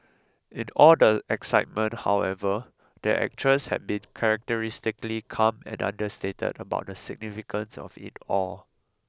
in all the excitement however the actress has been characteristically calm and understated about the significance of it all